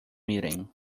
meeting